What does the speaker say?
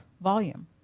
Volume